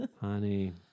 Honey